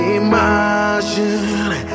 imagine